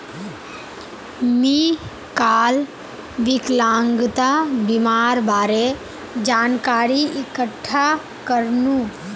मी काल विकलांगता बीमार बारे जानकारी इकठ्ठा करनु